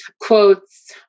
quotes